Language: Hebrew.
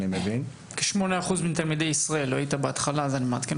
כ-8% מתלמידי ישראל מתנסים.